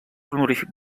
honorífic